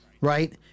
Right